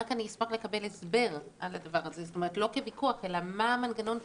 אני רק אשמח לקבל הסבר על הדבר הזה לא כוויכוח אלא מהו מנגנון התיקון.